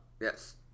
Yes